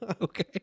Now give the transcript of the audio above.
Okay